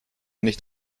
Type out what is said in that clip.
nicht